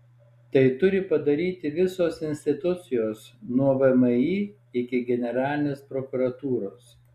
tai turi padaryti visos institucijos nuo vmi iki generalinės prokuratūros